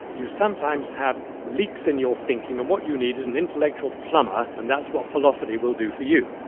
you sometimes have leaks in your thinking, and what you need is an intellectual plumber, and that's what philosophy will do for you.